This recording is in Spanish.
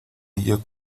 ella